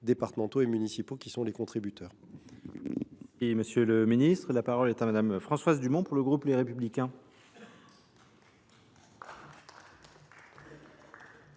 départementaux et municipaux, qui sont les contributeurs.